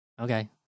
Okay